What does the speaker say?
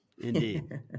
indeed